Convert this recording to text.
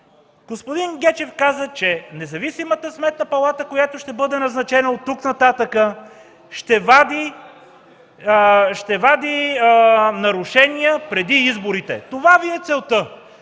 Господин Гечев каза, че независимата Сметна палата, която ще бъде назначена оттук нататък, ще вади нарушения преди изборите. Това Ви е целта.